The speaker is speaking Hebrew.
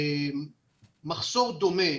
מחסור דומה